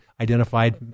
identified